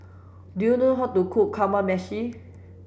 do you know how to cook Kamameshi